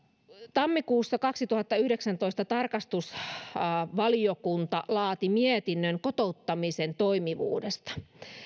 tammikuussa kaksituhattayhdeksäntoista tarkastusvaliokunta laati mietinnön kotouttamisen toimivuudesta